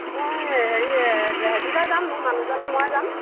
মই হেৰি দুটা যাম মোৰ মানুহজনে ময়ে যাম